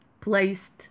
placed